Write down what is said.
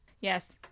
Yes